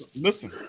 listen